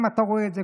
אתה גם רואה את זה,